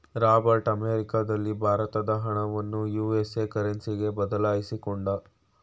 Robert ಅಮೆರಿಕದಲ್ಲಿ ಭಾರತದ ಹಣವನ್ನು ಯು.ಎಸ್.ಎ ಕರೆನ್ಸಿಗೆ ಬದಲಾಯಿಸಿಕೊಂಡ